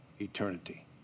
eternity